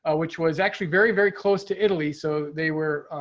ah which was actually very, very close to italy. so they were